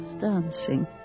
dancing